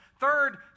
third